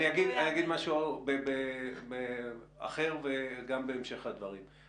אני אגיד משהו אחר, גם בהמשך הדברים.